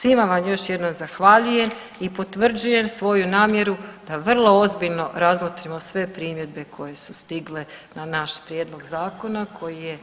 Svima vam još jednom zahvaljujem i potvrđujem svoju namjeru da vrlo ozbiljno razmotrimo sve primjedbe koje su stigle na naš prijedlog zakona koji je,